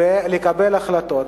ולקבל החלטות,